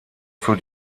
für